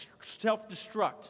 self-destruct